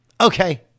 Okay